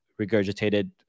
regurgitated